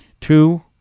Two